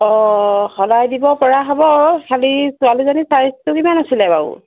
অঁ সলাই দিব পৰা হ'ব খালী ছোৱালীজনীৰ চাইজটো কিমান আছিল বাৰু